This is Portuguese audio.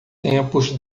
tempos